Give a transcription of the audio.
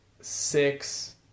six